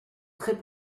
très